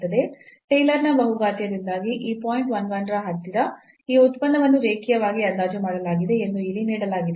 ಟೇಲರ್ನ ಬಹುಘಾತೀಯದಿಂದಾಗಿ ಈ ಪಾಯಿಂಟ್ 1 1 ರ ಹತ್ತಿರ ಈ ಉತ್ಪನ್ನವನ್ನು ರೇಖೀಯವಾಗಿ ಅಂದಾಜು ಮಾಡಲಾಗಿದೆ ಎಂದು ಇಲ್ಲಿ ನೀಡಲಾಗಿದೆ